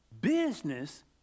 business